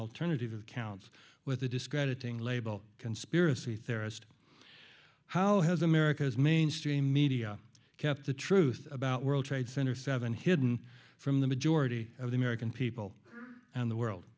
alternative accounts with a discrediting label conspiracy theorist how has america's mainstream media kept the truth about world trade center seven hidden from the majority of the american people and the world